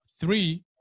three